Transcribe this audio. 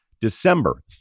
December